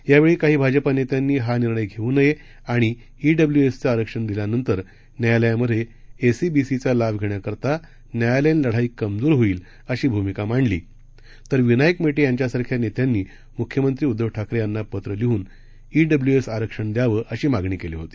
यावेळेत काही भाजपा नेत्यांनी हा निर्णय घेऊ नये व ईडुब्ल्यूएसचे आरक्षण दिल्यानंतर न्यायालयामध्ये एसईबीसीचा लाभ घेण्याकरता न्यायालयीन लढाई कमजोर होईल अशी भूमिका मांडली तर विनायक मेटेंसारख्या नेत्यांनी मुख्यमंत्री उदधव ठाकरे यांना पत्र देऊन ईड्ब्ल्यूएस आरक्षण दयावं अशी मागणी केली होती